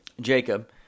Jacob